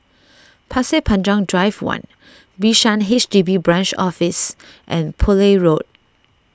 Pasir Panjang Drive one Bishan H D B Branch Office and Poole Road